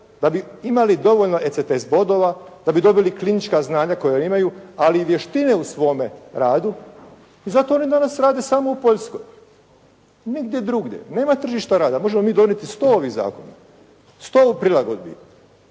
da bi imali dovoljno ECTS bodova, da bi dobila klinička znanja koja imaju, ali i vještine u svome radu. I zato oni danas rade samo u Poljskoj. Nigdje drugdje. Nema tržišta rada. Možemo mi donijeti 100 ovih zakona, 100 prilagodbi,